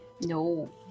No